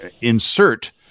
insert